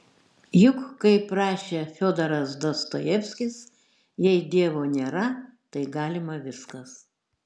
juk kaip rašė fiodoras dostojevskis jei dievo nėra tai galima viskas